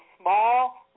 small